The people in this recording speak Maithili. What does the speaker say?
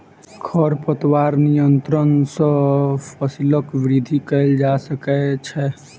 खरपतवार नियंत्रण सॅ फसीलक वृद्धि कएल जा सकै छै